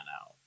out